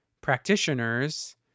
practitioners